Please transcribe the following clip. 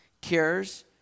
cares